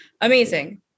amazing